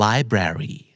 Library